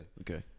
Okay